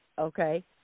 Okay